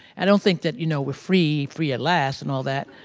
i don't think that, you know, we're free, free at last' and all that.